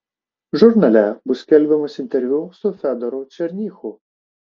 žurnale bus skelbiamas interviu su fedoru černychu